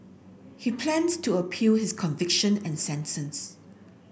he plans to appeal his conviction and sentence